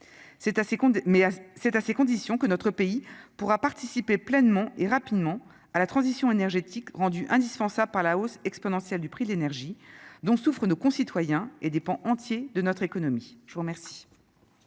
mais c'est à ces conditions que notre pays pourra participer pleinement et rapidement à la transition énergétique rendue indispensable par la hausse exponentielle du prix de l'énergie dont souffrent nos concitoyens et des pans entiers de notre économie, je vous remercie.